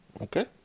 Okay